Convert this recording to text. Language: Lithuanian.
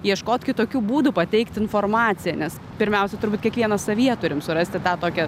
ieškoti kitokių būdų pateikti informaciją nes pirmiausia turbūt kiekvienas savyje turim surasti tą tokia